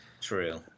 true